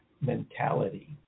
mentality